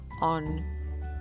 on